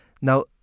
Now